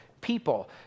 people